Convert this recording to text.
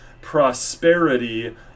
prosperity